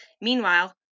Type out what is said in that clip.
Meanwhile